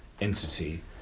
entity